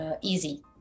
easy